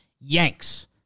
Yanks